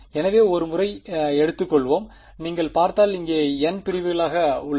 எனவே ஒரு முறை எடுத்துக்கொள்வோம் நீங்கள் பார்த்தால் இங்கே எனக்கு n பிரிவுகள் உள்ளன